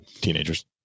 teenagers